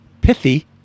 pithy